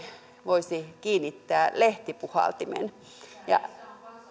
voisi kiinnittää lehtipuhaltimen